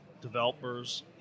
developers